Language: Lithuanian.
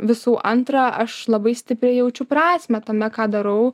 visų antra aš labai stipriai jaučiu prasmę tame ką darau